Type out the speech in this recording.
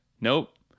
Nope